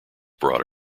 brought